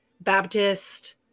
Baptist